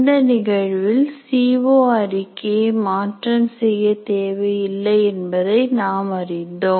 இந்த நிகழ்வில் C O அறிக்கையை மாற்றம் செய்ய தேவையில்லை என்பதை நாம் அறிந்தோம்